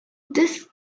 this